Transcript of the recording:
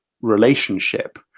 relationship